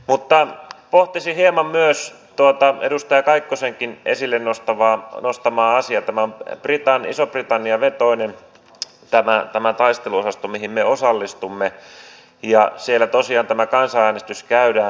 mutta pohtisin hieman myös edustaja kaikkosenkin esille nostamaa asiaa tätä iso britannia vetoista taisteluosastoa mihin me osallistumme ja siellä tosiaan tämä kansanäänestys käydään